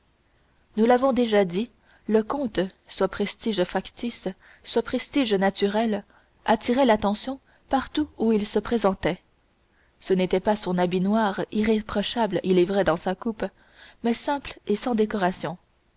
nous l'avons déjà dit le comte soit prestige factice soit prestige naturel attirait l'attention partout où il se présentait ce n'était pas son habit noir irréprochable il est vrai dans sa coupe mais simple et sans décorations